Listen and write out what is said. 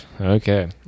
Okay